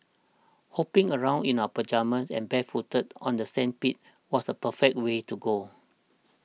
hopping around in our pyjamas and barefooted on the sandpit was the perfect way to go